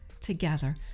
Together